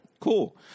Cool